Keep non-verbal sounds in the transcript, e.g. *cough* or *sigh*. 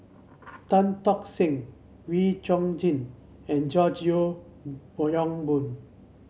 Tan Tock Seng Wee Chong Jin and George Yeo *unintelligible* Yong Boon